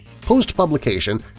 Post-publication